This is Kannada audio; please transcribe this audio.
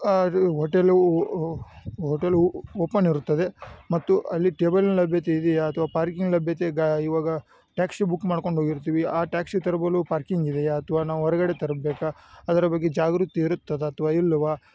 ಅದು ಹೋಟೆಲು ಹೋಟೆಲು ಓಪನ್ ಇರುತ್ತದೆ ಮತ್ತು ಅಲ್ಲಿ ಟೇಬಲ್ ಲಭ್ಯತೆ ಇದೆಯ ಅಥ್ವ ಪಾರ್ಕಿಂಗ್ ಲಭ್ಯತೆ ಗ ಇವಾಗ ಟ್ಯಾಕ್ಶಿ ಬುಕ್ ಮಾಡ್ಕೊಂಡು ಹೋಗಿರ್ತಿವಿ ಆ ಟ್ಯಾಕ್ಸಿ ತರ್ಬಲು ಪಾರ್ಕಿಂಗ್ ಇದೆಯ ಅಥ್ವ ನಾವು ಹೊರ್ಗಡೆ ತರಬೇಕ ಅದರ ಬಗ್ಗೆ ಜಾಗೃತಿ ಇರುತ್ತದ ಅಥ್ವ ಇಲ್ವ